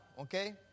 okay